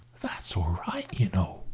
that's all right, you know,